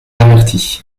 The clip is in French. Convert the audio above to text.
avertis